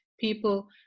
people